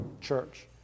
church